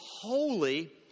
holy